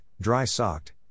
dry-socked